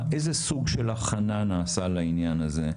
איזה סוג של הכנה נעשה לעניין הזה,